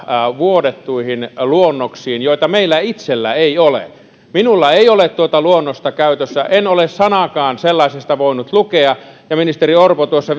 vuodetuista luonnoksista joita meillä itsellämme ei ole minulla ei ole tuota luonnosta käytössäni en ole sanaakaan sellaisesta voinut lukea ja ministeri orpo tuossa